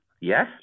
yes